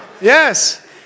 yes